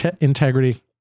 integrity